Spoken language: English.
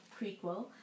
Prequel